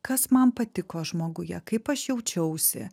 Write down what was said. kas man patiko žmoguje kaip aš jaučiausi